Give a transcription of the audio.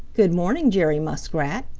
good morning, jerry muskrat,